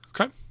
okay